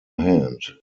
hand